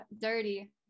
dirty